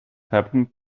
happened